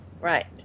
Right